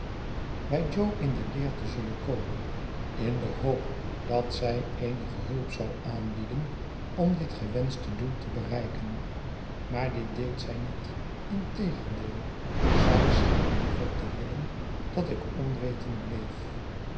bij jo in de leer te zullen komen in de hoop dat zij eenige hulp zou aanbieden om dit gewenschte doel te bereiken maar dit deed zij niet integendeel zij scheen liever te willen dat ik onwetend bleef